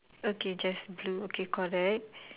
okay just blue okay correct